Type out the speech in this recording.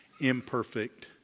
imperfect